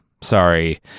Sorry